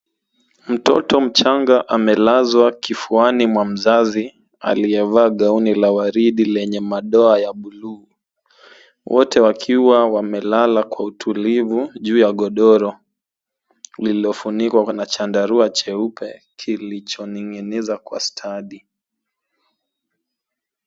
Mtoto mchanga amelazwa kifuani mwa mzazi aliyevaa gauni la waridi lenye madoa ya buluu. Wote wakiwa wamelala kwa utulivu juu ya godoro lililofunikwa na chandarua cheupe kilichoning'inizwa kwa stadi.